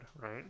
Right